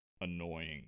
annoying